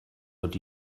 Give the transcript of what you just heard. what